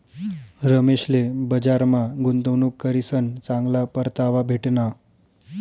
रमेशले बजारमा गुंतवणूक करीसन चांगला परतावा भेटना